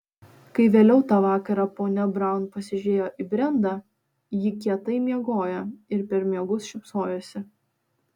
kai vėliau tą vakarą ponia braun pasižiūrėjo į brendą ji kietai miegojo ir per miegus šypsojosi